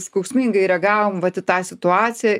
skausmingai reagavom vat į tą situaciją